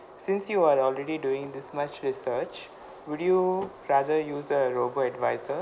since you are already doing this much research would you rather use a robo advisor